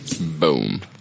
Boom